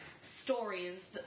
stories